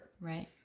right